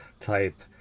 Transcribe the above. type